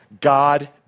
God